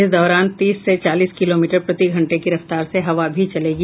इस दौरान तीस से चालीस किलोमीटर प्रतिघंटे की रफ्तार से हवा भी चलेगी